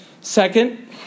Second